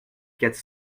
quatre